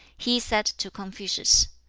he said to confucius,